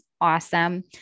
awesome